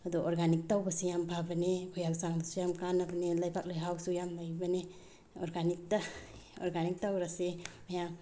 ꯑꯗꯣ ꯑꯣꯔꯒꯥꯅꯤꯛ ꯇꯧꯕꯁꯦ ꯌꯥꯝ ꯐꯕꯅꯤ ꯑꯩꯈꯣꯏ ꯍꯛꯆꯥꯡꯗꯁꯨ ꯌꯥꯝ ꯀꯥꯟꯅꯕꯅꯦ ꯂꯩꯕꯥꯛ ꯂꯩꯍꯥꯎꯁꯨ ꯌꯥꯝ ꯂꯩꯕꯅꯦ ꯑꯣꯔꯒꯥꯅꯤꯛꯇ ꯑꯣꯔꯒꯥꯅꯤꯛ ꯇꯧꯔꯁꯦ ꯃꯌꯥꯝ